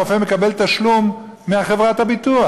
הרופא מקבל תשלום מחברת הביטוח.